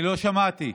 שמעתי.